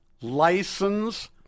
license